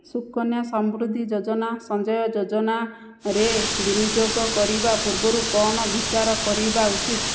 ସୁକନ୍ୟା ସମୃଦ୍ଧି ଯୋଜନା ସଞ୍ଜୟ ଯୋଜନାରେ ବିନିଯୋଗ କରିବା ପୂର୍ବରୁ କ'ଣ ବିଚାର କରିବା ଉଚିତ